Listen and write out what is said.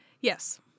Yes